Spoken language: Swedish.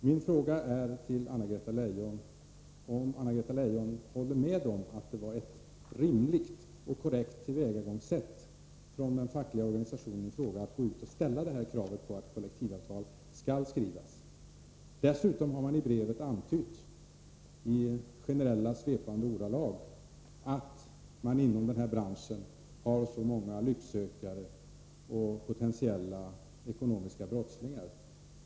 Jag frågar Anna-Greta Leijon: Håller Anna-Greta Leijon med om att det var ett rimligt och korrekt tillvägagångssätt av den här fackliga organisationen att gå ut och ställa detta krav på att kollektivavtal skall skrivas? Dessutom har man i brevet antytt i generella, svepande ordalag att det inom denna bransch finns många lycksökare och potentiella ekonomiska brottslingar.